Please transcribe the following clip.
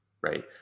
Right